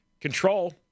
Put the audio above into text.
control